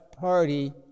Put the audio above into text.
party